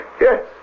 Yes